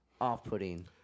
off-putting